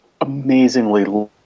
amazingly